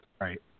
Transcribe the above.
Right